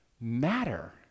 matter